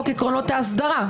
חוק עקרונות ההסדרה.